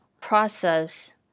process